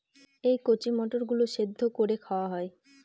এই কচি মটর গুলো সেদ্ধ করে খাওয়া হয়